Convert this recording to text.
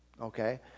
okay